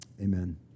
amen